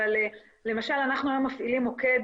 אבל למשל אנחנו היום מפעילים מוקד